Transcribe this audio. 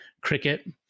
Cricket